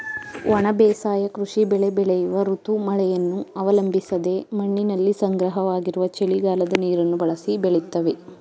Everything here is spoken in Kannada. ಒಣ ಬೇಸಾಯ ಕೃಷಿ ಬೆಳೆ ಬೆಳೆಯುವ ಋತು ಮಳೆಯನ್ನು ಅವಲಂಬಿಸದೆ ಮಣ್ಣಿನಲ್ಲಿ ಸಂಗ್ರಹವಾಗಿರುವ ಚಳಿಗಾಲದ ನೀರನ್ನು ಬಳಸಿ ಬೆಳಿತವೆ